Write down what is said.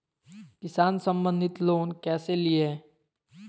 किसान संबंधित लोन कैसै लिये?